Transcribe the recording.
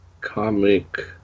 Comic